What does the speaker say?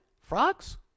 Frogs